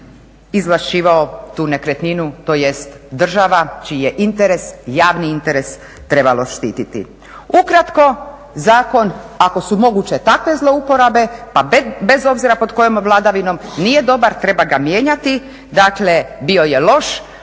izvlašćivao tu nekretninu tj. država čiji je interes, javni interes trebalo štititi. Ukratko zakon, ako su moguće takve zlouporabe pa bez obzira pod kojom vladavinom, nije dobar i treba ga mijenjati, dakle bio je loš.